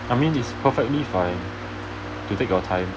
I mean it's perfectly fine to take your time